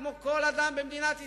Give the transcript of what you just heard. כמו לכל אדם במדינת ישראל.